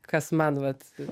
kas man vat